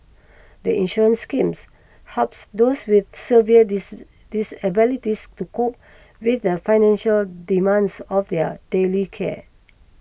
the insurance schemes helps those with severe disabilities to cope with the financial demands of their daily care